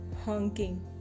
Honking